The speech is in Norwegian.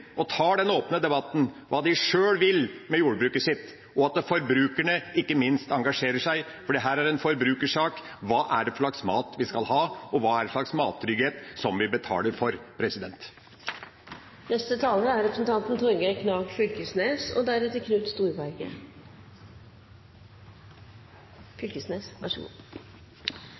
åpne debatten om hva de sjøl vil med jordbruket sitt, og at ikke minst forbrukerne engasjerer seg, for dette er en forbrukersak: Hva slags mat skal vi ha, og hva slags mattrygghet er det vi betaler for? Dette har vore ein veldig rar debatt for oss som har følgt forhandlingane frå start til slutt. Det er